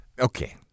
Okay